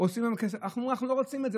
אנחנו אומרים שאנחנו לא רוצים את זה.